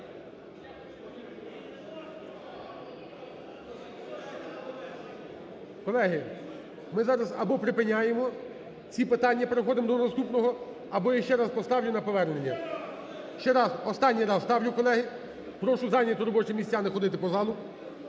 Колеги, ми зараз, або припиняємо ці питання і переходимо до наступного, або я ще раз поставлю на повернення. Ще раз, останній раз ставлю, колеги, прошу зайняти робочі місця, не ходити по залу.